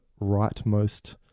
rightmost